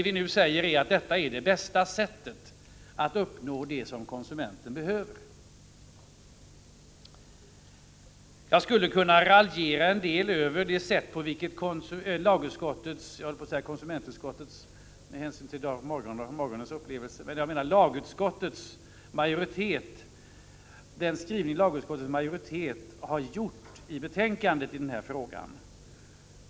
Vi menar att detta är det bästa sättet att uppnå det konsumenten behöver. Jag skulle kunna raljera en del över det sätt på vilket lagutskottets — med hänsyn till morgonens upplevelser höll jag på att säga konsumentutskottets — majoritet har skrivit i betänkandet i denna fråga.